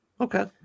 Okay